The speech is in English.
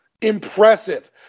impressive